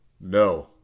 No